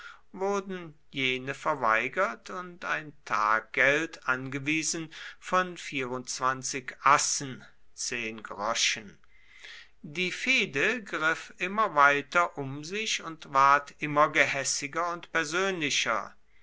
wurden jene verweigert und ein taggeld angewiesen von assen die fehde griff immer weiter um sich und ward immer gehässiger und persönlicher